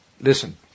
Listen